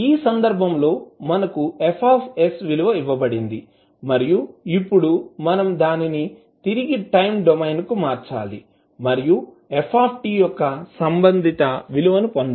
ఈ సందర్భంలో మనకు F విలువ ఇవ్వబడింది మరియు ఇప్పుడు మనం దానిని తిరిగి టైమ్ డొమైన్కు మార్చాలి మరియు f యొక్క సంబంధిత విలువను పొందాలి